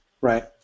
right